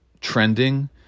trending